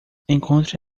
encontre